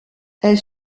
elle